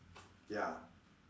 ya